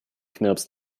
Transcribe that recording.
knirps